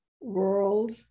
World